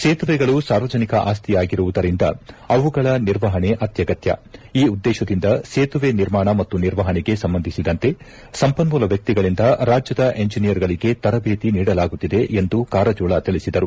ಸೇತುವೆಗಳು ಸಾರ್ವಜನಿಕ ಆಸ್ತಿಯಾಗಿರುವುದರಿಂದ ಅವುಗಳ ನಿರ್ವಹಣೆ ಅತ್ಯಗತ್ಯ ಈ ಉದ್ದೇಶದಿಂದ ಸೇತುವೆ ನಿರ್ಮಾಣ ಮತ್ತು ನಿರ್ವಹಣೆಗೆ ಸಂಬಂಧಿಸಿದಂತೆ ಸಂಪನ್ನೂಲ ವ್ಯಕ್ತಿಗಳಿಂದ ರಾಜ್ಯದ ಇಂಜಿನಿಯರ್ ಗಳಿಗೆ ತರಬೇತಿ ನೀಡಲಾಗುತ್ತಿದೆ ಎಂದು ಕಾರಜೋಳ ತಿಳಿಸಿದರು